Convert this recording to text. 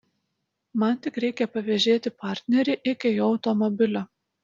man tik reikia pavėžėti partnerį iki jo automobilio